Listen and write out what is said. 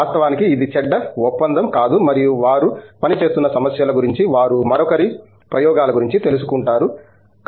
వాస్తవానికి ఇది చెడ్డ ఒప్పందం కాదు మరియు వారు పనిచేస్తున్న సమస్యల గురించి వారు మరొకరి ప్రయోగాల గురించి తెలుసుకుంటారు సమయం 1618 చూడండి